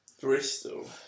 Bristol